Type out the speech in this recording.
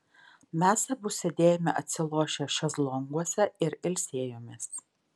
mes abu sėdėjome atsilošę šezlonguose ir ilsėjomės